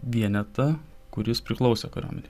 vienetą kuris priklausė kariuomenei